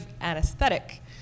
anesthetic